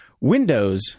windows